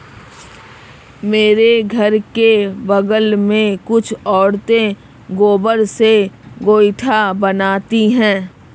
मेरे घर के बगल में कुछ औरतें गोबर से गोइठा बनाती है